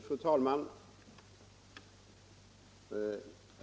Fru talman!